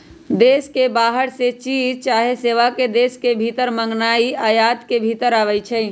देश के बाहर से चीज चाहे सेवा के देश के भीतर मागनाइ आयात के भितर आबै छइ